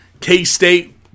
K-State